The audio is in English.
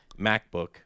MacBook